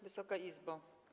Wysoka Izbo!